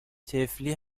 طفلی